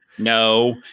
No